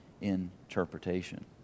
interpretation